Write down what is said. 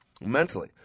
mentally